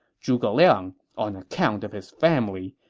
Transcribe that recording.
zhuge liang, on account of his family,